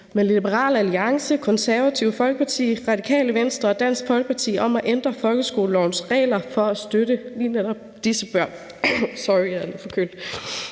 med Liberal Alliance, Det Konservative Folkeparti, Radikale Venstre og Dansk Folkeparti om at ændre folkeskolelovens regler for at støtte lige netop